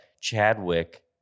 Chadwick